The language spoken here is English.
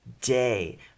Day